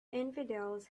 infidels